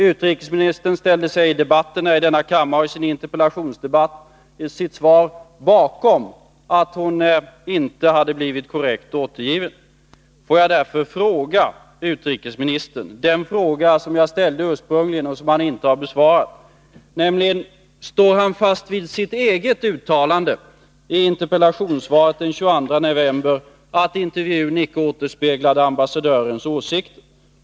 Utrikesministern ställde sig i debatten i denna kammare och i sitt svar bakom att hon inte hade blivit korrekt återgiven. Får jag därför rikta till utrikesministern den fråga som jag ställde ursprungligen och som han inte har besvarat: Står utrikesministern fast vid sitt eget uttalande i interpellationssvaret den 22 november, att intervjun icke återspeglade ambassadörens åsikter?